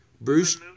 Bruce